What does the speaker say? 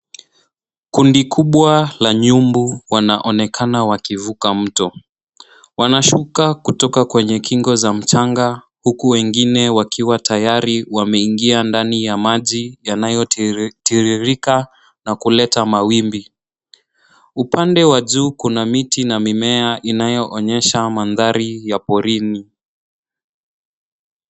Kundi kubwa la nyumbu wanaonekana wakivuka mto. Wanashuka kutoka kwenye kingo za mchanga huku wengine wakiwa tayari wameingia ndani ya maji yanayotiririka na kuleta mawimbi. Upande wa juu kuna miti na mimea inayoonyesha mandhari ya porini.